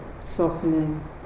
softening